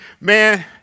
man